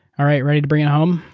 all right, ready to bring it home?